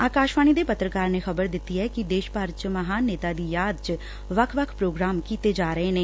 ਆਕਾਸ਼ਵਾਣੀ ਦੇ ਪੱਤਰਕਾਰ ਨੇ ਖ਼ਬਰ ਦਿੱਤੀ ਐ ਕਿ ਦੇਸ਼ ਭਰ ਚ ਮਹਾਨ ਨੇਤਾ ਦੀ ਯਾਦ ਚ ਵੱਖ ਵੱਖ ਪ੍ਰੋਗਰਾਮ ਕੀਤੇ ਜਾ ਰਹੇ ਨੇ